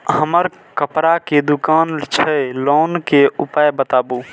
हमर कपड़ा के दुकान छै लोन के उपाय बताबू?